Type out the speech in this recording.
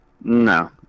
No